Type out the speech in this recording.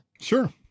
Sure